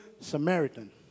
Samaritan